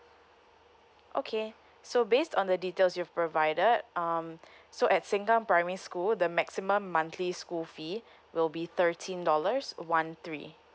okay so based on the details you've provided um so at sengkang primary school the maximum monthly school fee will be thirteen dollars one three